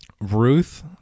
Ruth